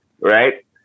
right